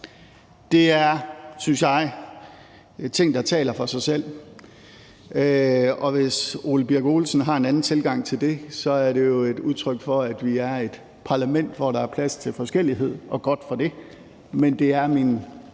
Det er – synes jeg – nogle ting, der taler for sig selv, og hvis hr. Ole Birk Olesen har en anden tilgang til det, er det jo et udtryk for, at vi er et parlament, hvor der er plads til forskellighed, og godt for det. Men det er min